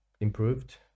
improved